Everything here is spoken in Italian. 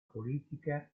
politica